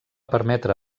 permetre